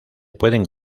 pueden